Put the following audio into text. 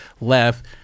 left